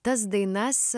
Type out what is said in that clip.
tas dainas